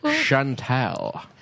Chantal